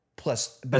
plus